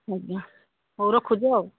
ଆଜ୍ଞା ହଉ ରଖୁଛୁ ଆଉ